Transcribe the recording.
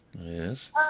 Yes